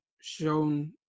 shown